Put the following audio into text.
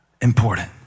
important